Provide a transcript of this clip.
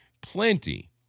plenty